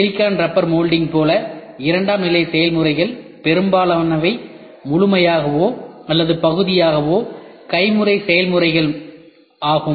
silicon rubber moulding போல இரண்டாம் நிலை செயல்முறைகள் பெரும்பாலானவை முழுமையாகவோ அல்லது பகுதியாகவோ கைமுறை செயல்முறைகள் ஆகும்